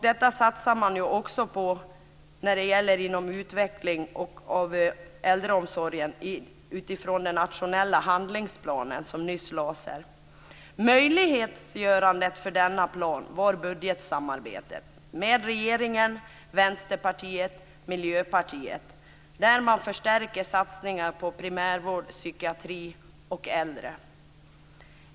Denna satsar man nu också på inom utvecklingen av äldreomsorgen utifrån den nationella handlingsplan som nyss lades fram. Möjlighetsgörandet av denna plan förutsatte budgetsamarbete mellan regeringen, Vänsterpartiet och Miljöpartiet. Där förstärks satsningar på primärvård, psykiatri och äldre.